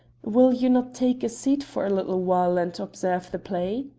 will you not take a seat for a little while and observe the play?